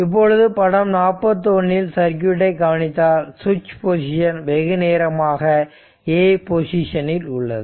இப்பொழுது படம் 41 இல் சர்க்யூட்டை கவனித்தால் சுவிட்ச் பொசிஷன் வெகுநேரமாக A பொசிஷனில் உள்ளது